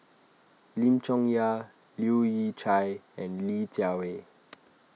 Lim Chong Yah Leu Yew Chye and Li Jiawei